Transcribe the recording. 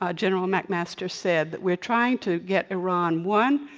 ah general mcmaster said that we're trying to get iran one,